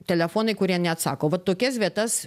telefonai kurie neatsako va tokias vietas